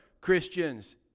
Christians